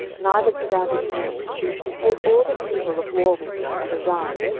neither be thou dismayed take all the people of war with thee, and arise,